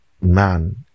man